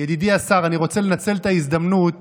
ידידי השר, אני רוצה לנצל את ההזדמנות